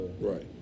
Right